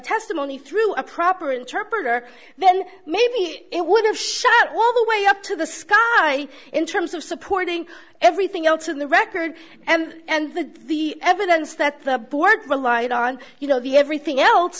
testimony through a proper interpreter then maybe it would have shot all the way up to the sky in terms of supporting everything else in the record and the the evidence that the board relied on you know the everything else